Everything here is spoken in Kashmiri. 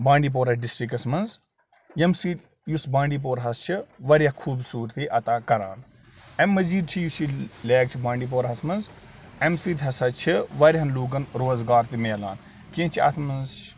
بانڈی پورہ ڈِسٹِرٛکَس منٛز ییٚمہِ سۭتۍ یُس بانڈی پوراہَس چھِ واریاہ خوٗبصوٗرتی عطا کَران اَمہِ مٔزیٖد چھِ یُس یہِ لیک چھِ بانڈی پوراہَس منٛز اَمہِ سۭتۍ ہَسا چھِ واریاہَن لوٗکَن روزگار تہِ مِلان کیٚنٛہہ چھِ اَتھ منٛز